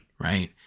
right